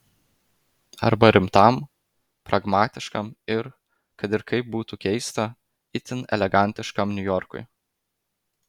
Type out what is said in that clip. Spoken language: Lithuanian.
arba rimtam pragmatiškam ir kad ir kaip būtų keista itin elegantiškam niujorkui